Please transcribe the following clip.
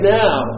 now